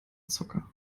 zocker